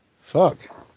Fuck